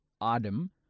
Adam